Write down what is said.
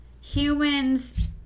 humans